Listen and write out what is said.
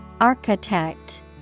Architect